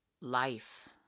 life